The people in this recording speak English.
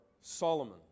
Solomon